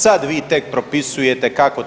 Sad vi tek propisujete kako